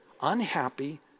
unhappy